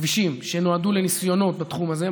כבישים, שנועדו לניסיונות בתחום הזה.